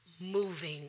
moving